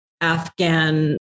Afghan